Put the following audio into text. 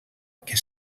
que